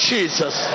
Jesus